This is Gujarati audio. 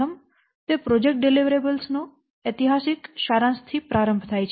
પ્રથમ તે પ્રોજેક્ટ ડિલિવરેબલ્સ ના એતિહાસિક સારાંશ થી પ્રારંભ થાય છે